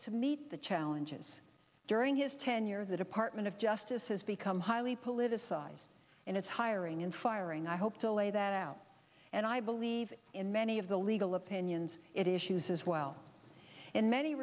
to meet the challenges during his tenure the department of justice has become highly politicized in its hiring and firing i hope to lay that out and i believe in many of the legal opinions it is shoes as well in many